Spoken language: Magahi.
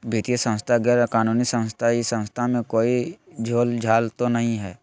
वित्तीय संस्था गैर कानूनी संस्था है इस संस्था में कोई झोलझाल तो नहीं है?